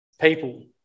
people